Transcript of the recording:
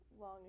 long